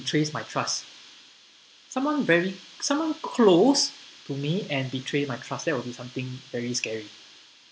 betrays my trust someone very someone close to me and betray my trust that will be something very scary